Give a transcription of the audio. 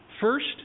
first